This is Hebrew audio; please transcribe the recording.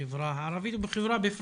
הפוגעים.